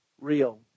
real